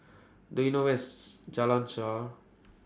Do YOU know Where IS Jalan Shaer